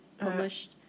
published